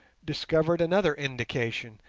discovered another indication,